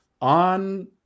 on